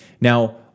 Now